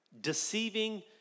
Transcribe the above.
deceiving